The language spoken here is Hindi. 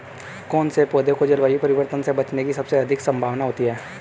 कौन से पौधे को जलवायु परिवर्तन से बचने की सबसे अधिक संभावना होती है?